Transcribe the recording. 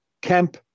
camp